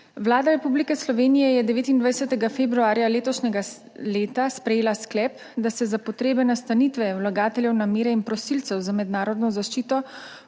Vlada Republike Slovenije je 29. februarja letošnjega leta sprejela sklep, da se za potrebe nastanitve vlagateljev namere in prosilcev za mednarodno zaščito